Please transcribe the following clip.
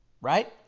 Right